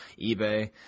ebay